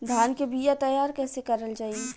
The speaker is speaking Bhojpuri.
धान के बीया तैयार कैसे करल जाई?